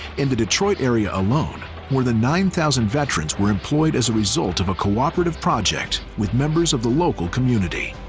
in the detroit area alone, more than nine thousand veterans were employed as a result of a cooperative project with members of the local community.